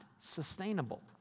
sustainable